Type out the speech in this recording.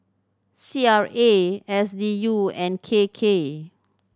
C R A S D U and K K